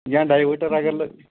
یا ڈایوٲٹَر اَگر